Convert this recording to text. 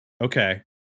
Okay